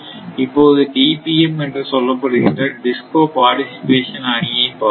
இப்போது DPM என்று சொல்லப்படுகின்ற DISCO பார் டிசிபேஷன் அணியை பாருங்கள்